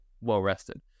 well-rested